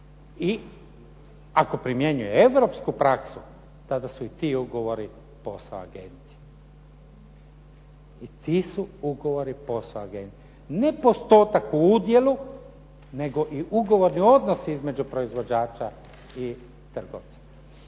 I ako primjenjuje europsku praksu tada su i ti ugovori posao agencije. I ti su ugovori posao agencije. Ne postotak u udjelu, nego i ugovorni odnosi između proizvođača i trgovca.